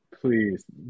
please